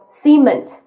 cement